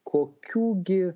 kokių gi